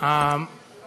סגן